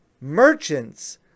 merchants